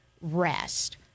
rest